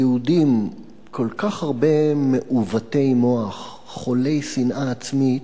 היהודים, כל כך הרבה מעוותי מוח, חולי שנאה עצמית,